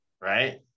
right